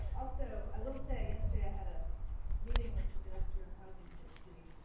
also, i will say, yesterday i had a meeting with the director of housing for the city